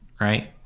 Right